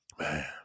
Man